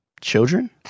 children